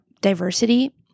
diversity